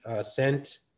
sent